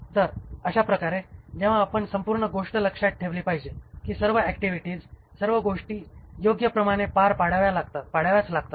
तर अशा प्रकारे जेव्हा आपण संपूर्ण गोष्ट लक्षात ठेवली पाहिजे की सर्व ऍक्टिव्हिटीज सर्व गोष्टी योग्य प्रकारे पार पाडाव्याच लागतात